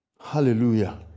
Hallelujah